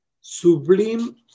Sublime